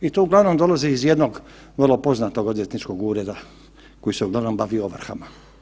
I to uglavnom dolazi iz jednog vrlo poznatog odvjetničkog ureda koji se uglavnom bavi ovrhama.